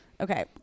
Okay